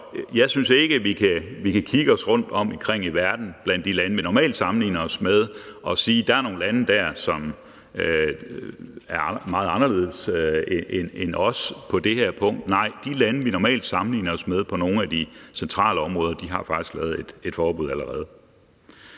der skader børn. Så når vi kigger os rundtomkring i verden blandt de lande, vi normalt sammenligner os med, ser vi, at der ikke er mange lande, som er meget anderledes end os på det her punkt. Nej, de lande, vi normalt sammenligner os med på nogle af de centrale områder, har faktisk lavet et forbud allerede.